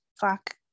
fuck